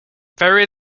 very